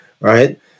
right